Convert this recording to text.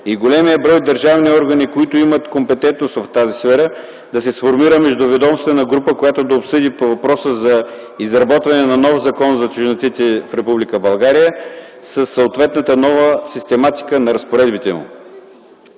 и големият брой държавни органи, които имат компетентност в тази сфера, да се сформира междуведомствена група, която да обсъди въпроса за изработването на нов Закон за чужденците в Република България със съответната нова систематика на разпоредбите му.